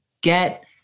get